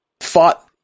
fought